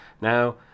Now